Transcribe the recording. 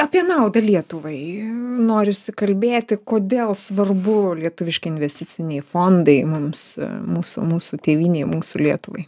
apie naudą lietuvai norisi kalbėti kodėl svarbu lietuviški investiciniai fondai mums mūsų mūsų tėvynei mūsų lietuvai